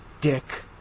dick